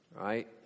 right